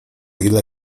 ile